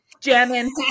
jamming